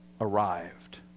arrived